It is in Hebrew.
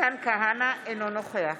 מתן כהנא, אינו נוכח